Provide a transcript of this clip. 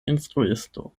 instruisto